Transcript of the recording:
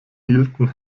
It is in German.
hielten